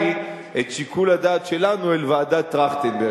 את שיקול הדעת שלנו אל ועדת-טרכטנברג.